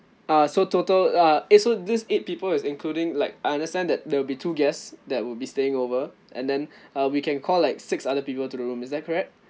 uh so total uh eh so this eight people is including like I understand that there'll be two guests that would be staying over and then uh we can call like six other people to the room is that correct